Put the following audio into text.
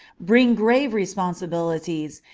bring grave responsibilities,